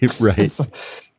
Right